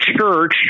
church